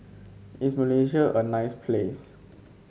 is Malaysia a nice place